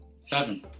Seven